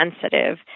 sensitive